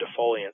defoliants